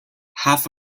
half